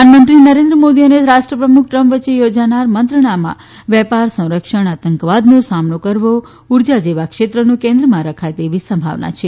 પ્રધાનમંત્રી નરેન્દ્ર મોદી અને રાષ્ટ્રપ્રમુખ ટ્રમ્પ વચ્ચે યોજાનારી મંત્રણામાં વેપાર સંરક્ષણ આતંકવાદનો સામનો કરવો ઉર્જા જેવા ક્ષેત્રોને કેન્દ્રમાં રખાય તેવી સંભાવના છે